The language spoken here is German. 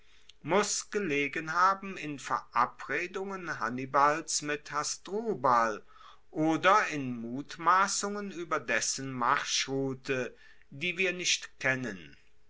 muss gelegen haben in verabredungen hannibals mit hasdrubal oder in mutmassungen ueber dessen marschroute die wir nicht kennen